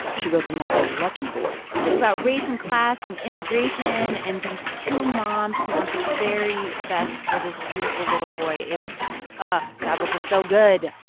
she wrote the novel, lucky boy. it's about race and class and immigration, and these two moms who want the very best for this beautiful little boy. um that book was so good.